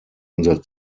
unser